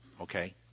Okay